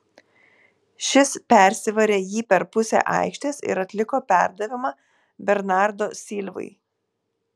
šis persivarė jį per pusę aikštės ir atliko perdavimą bernardo silvai